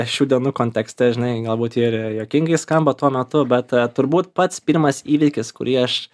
šių dienų kontekste žinai galbūt ir juokingai skamba tuo metu bet turbūt pats pirmas įvykis kurį aš